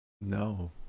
No